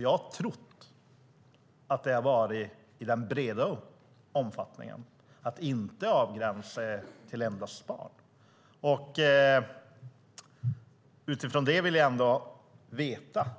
Jag har trott att det har varit i den breda omfattningen, alltså att det inte är avgränsat till endast barn. Utifrån det vill jag ändå veta: